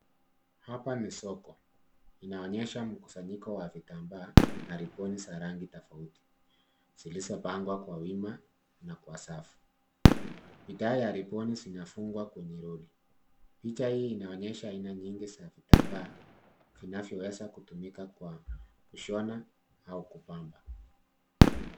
Hapa ni soko. Inaonyesha mkusanyiko wa vitambaa na riboni za rangi tofauti zilizopangwa kwa wima na kwa safu. Bidhaa ya riboni zinafungwa kwenye roli . Picha hii inaonyesha aina nyingi za vitambaa vinavyoweza kutumika kwa kushona au kupamba.